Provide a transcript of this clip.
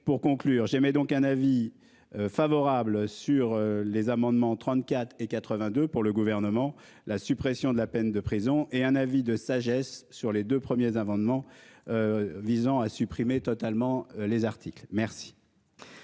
pour conclure j'aimais donc un avis favorable sur les amendements, 34 et 82 pour le gouvernement, la suppression de la peine de prison et un avis de sagesse sur les deux premiers amendements. Visant à supprimer totalement les articles merci.